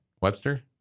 Webster